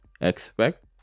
expect